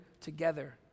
together